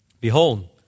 Behold